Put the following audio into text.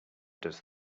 does